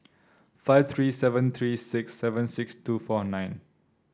five three seven three six seven six two four nine